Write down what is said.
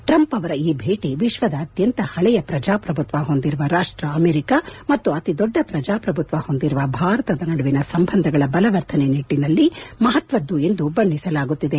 Trump ಅವರ ಈ ಭೇಟಿ ವಿಶ್ವದ ಅತ್ಯಂತ ಪಳೆಯ ಪ್ರಜಾಪ್ರಭುತ್ವ ಹೊಂದಿರುವ ರಾಷ್ಟ ಅಮೆರಿಕ ಮತ್ತು ಅತಿ ದೊಡ್ಡ ಪ್ರಜಾಪ್ರಭುತ್ವ ಹೊಂದಿರುವ ಭಾರತದ ನಡುವಿನ ಸಂಬಂಧಗಳ ಬಲವರ್ಧನೆ ನಿಟ್ಟನಲ್ಲಿ ಮಹತ್ವದ್ದು ಎಂದು ಬಣ್ಣಿಸಲಾಗುತ್ತಿದೆ